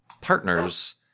partners